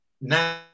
Now